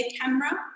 camera